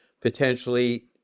potentially